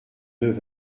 neuf